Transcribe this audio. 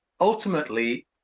ultimately